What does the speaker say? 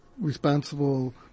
responsible